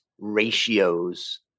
ratios